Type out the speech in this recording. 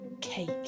cake